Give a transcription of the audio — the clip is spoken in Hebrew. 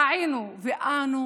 טעינו ואנו